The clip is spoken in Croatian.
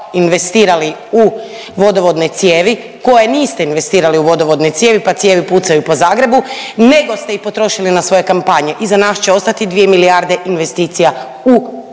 investirali u vodovodne cijevi koje niste investirali u vodovodne cijevi pa cijevi pucaju po Zagrebu, nego ste ih potrošili na svoje kampanje. Iza nas će ostati 2 milijarde investicija u